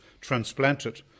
transplanted